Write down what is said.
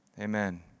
Amen